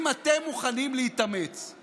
מה שאתם צריכים לעשות בשבילה זה רק